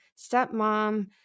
stepmom